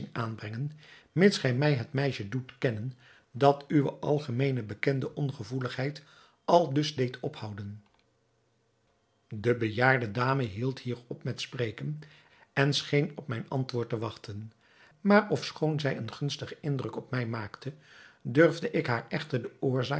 aanbrengen mits gij mij het meisje doet kennen dat uwe algemeen bekende ongevoeligheid aldus deed ophouden de bejaarde dame hield hier op met spreken en scheen op mijn antwoord te wachten maar ofschoon zij een gunstigen indruk op mij maakte durfde ik haar echter de oorzaak